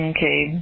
Okay